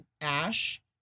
ash